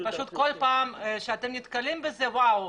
כל פעם שנתקלים בזה, וואו,